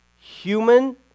Human